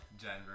Denver